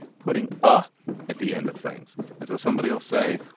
putting ah at the end of things. and so somebody will say,